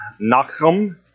nachem